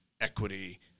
equity